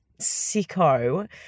sicko